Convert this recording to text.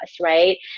right